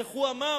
איך הוא אמר?